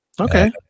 okay